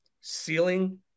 ceiling